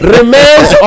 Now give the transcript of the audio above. Remains